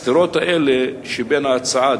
הסתירות האלה שבין ההצעה,